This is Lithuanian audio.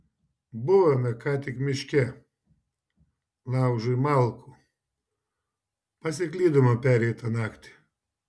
buvome ką tik miške laužui malkų pasiklydome pereitą naktį